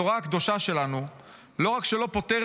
התורה הקדושה שלנו לא רק שלא פוטרת